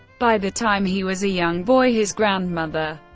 by the time he was a young boy, his grandmother,